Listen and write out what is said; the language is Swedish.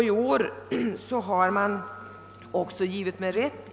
I år har man också givit mig rätt.